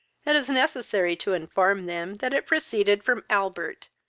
it is necessary to inform them that it proceeded from albert,